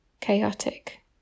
chaotic